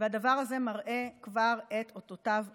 והדבר הזה מראה כבר את אותותיו בשטח.